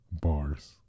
bars